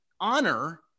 honor